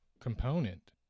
component